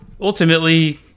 ultimately